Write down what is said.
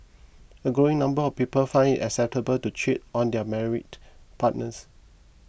a growing number of people find it acceptable to cheat on their married partners